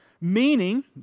meaning